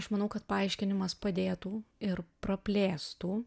aš manau kad paaiškinimas padėtų ir praplėstų